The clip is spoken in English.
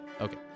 Okay